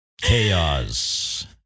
Chaos